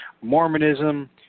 Mormonism